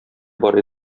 бар